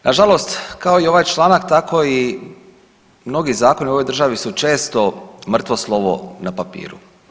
Na žalost kao i ovaj članak tako i mnogi zakoni u ovoj državi su često mrtvo slovo na papiru.